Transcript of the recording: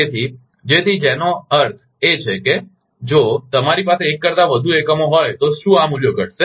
તેથી જેથી તેનો અર્થ એ કે જો તમારી પાસે એક કરતા વધુ એકમો હોય તો શું આ મૂલ્ય ઘટશે